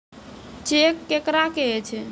Cheque केकरा कहै छै?